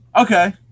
okay